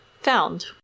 found